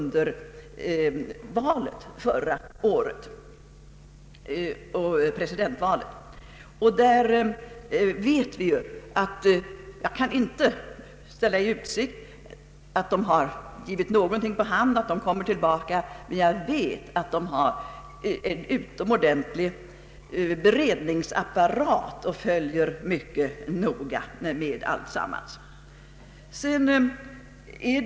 Fransmännen har nu inte ställt i utsikt att de kommer tillbaka, men jag vet att de har en utomordentlig beredningsapparat och mycket noga följer med allt vad som händer.